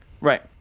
Right